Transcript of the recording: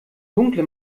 dunkle